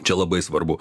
čia labai svarbu